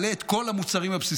מעלה את כל המוצרים הבסיסיים,